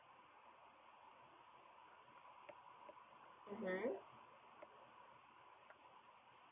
mmhmm